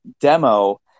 demo